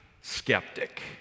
skeptic